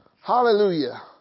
Hallelujah